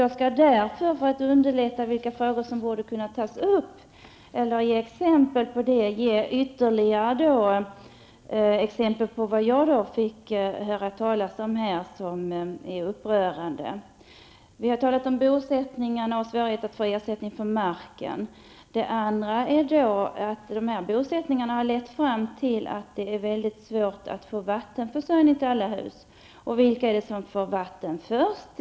Jag skall därför, för att underlätta ställningstagandet till vilka frågor som borde kunna tas upp, ge ytterligare exempel på sådant som jag fick höra talas om som är upprörande. Vi har talat om bosättningarna och svårigheten att få ersättning för marken. En annan aspekt är att bosättningarna har lett till att det är mycket svårt att få vattenförsörjning till alla hus. Vilka är det som får vatten först?